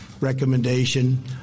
recommendation